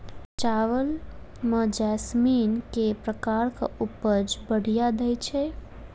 चावल म जैसमिन केँ प्रकार कऽ उपज बढ़िया दैय छै?